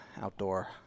outdoor